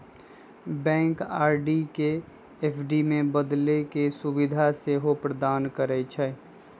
bank RD के FD में बदले के सुभीधा सेहो प्रदान करइ छइ